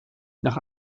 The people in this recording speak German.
nach